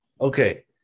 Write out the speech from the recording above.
Okay